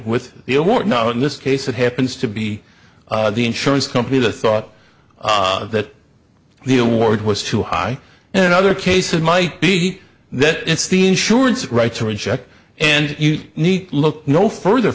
with the award now in this case it happens to be the insurance company the thought that the award was too high and other cases might be that it's the insurance right to reject and you need look no further